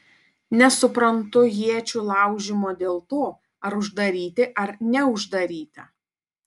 nesuprantu iečių laužymo dėl to ar uždaryti ar neuždaryti